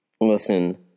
Listen